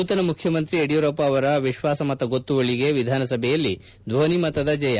ನೂತನ ಮುಖ್ಣಮಂತ್ರಿ ಯಡಿಯೂರಪ್ಪ ಅವರ ವಿಶ್ವಾಸಮತ ಗೊತ್ತುವಳಿಗೆ ವಿಧಾನ ಸಭೆಯಲ್ಲಿ ಧ್ವನಿ ಮತದ ಜಯ